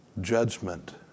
judgment